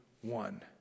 one